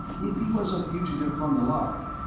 if he was a fugitive from the lhari,